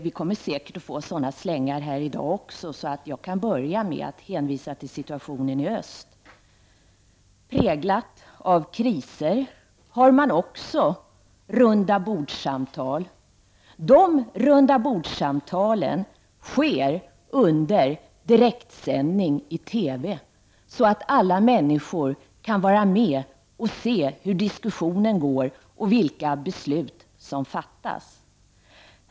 Vi kommer säkert att få sådana slängar här i dag också, så jag kan börja med att hänvisa till situationen i öst. I en situation präglad av kriser har man också rundabordssamtal. De rundabordssamtalen sker under direktsändning i TV, så att alla människor kan vara med och se hur diskussionen går och vilka beslut som fattas.